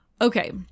Okay